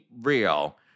real